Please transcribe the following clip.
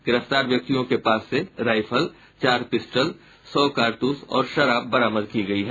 गिरफ्तार व्यक्तियों के पास से राईफल चार पिस्तौल सौ कारतूस और शराब बरामद की गयी है